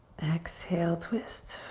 exhale, twist.